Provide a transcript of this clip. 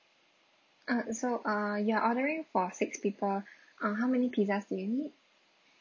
uh so uh you're ordering for six people um how many pizzas do you need